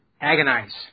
Agonize